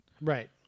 Right